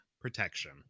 protection